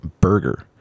burger